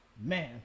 Man